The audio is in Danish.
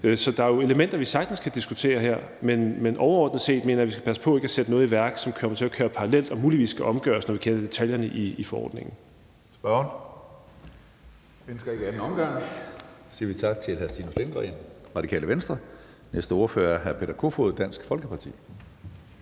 Så der er jo elementer, vi sagtens kan diskutere her, men overordnet set mener jeg, vi skal passe på ikke at sætte noget i værk, som kommer til at køre parallelt og muligvis skal omgøres, når vi kender detaljerne i forordningen. Kl. 15:11 Tredje næstformand (Karsten Hønge): Spørgeren ønsker ikke ordet i anden omgang, så vi siger tak til hr. Stinus Lindgreen, Radikale Venstre. Næaste ordfører er hr. Peter Kofod, Dansk Folkeparti.